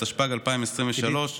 התשפ"ג 2023,